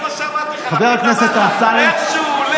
זה מה שאמרתי לך, איך שהוא עולה, להוציא אותנו.